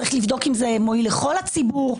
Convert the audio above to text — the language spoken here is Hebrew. צריך לבדוק אם זה מועיל לכל הציבור.